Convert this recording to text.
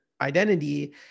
identity